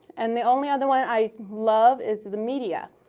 and the only other one i love is the media.